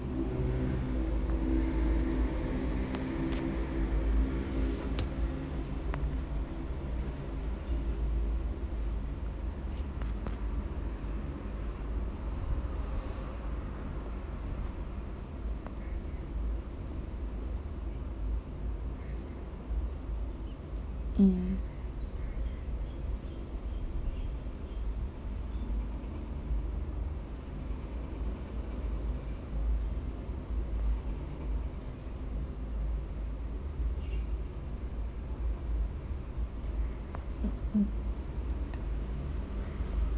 mm mm